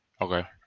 Okay